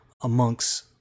amongst